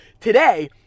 today